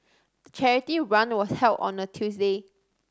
the charity run was held on a Tuesday